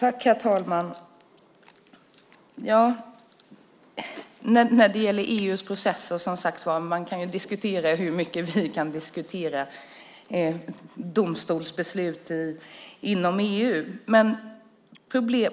Herr talman! När det gäller EU:s processer kan man, som sagt var, diskutera hur mycket vi kan diskutera när det gäller domstolsbeslut inom EU.